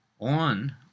on